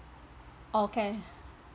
okay